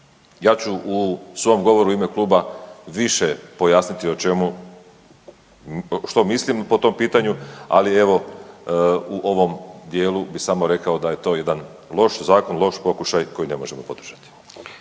Ja ću u svom govoru u ime kluba više pojasniti što mislim po tom pitanju, ali evo u ovom dijelu bi samo rekao da je to jedan loš zakon, loš pokušaj koji ne možemo podržati.